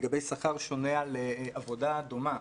לגבי שכר שונה על עבודה דומה.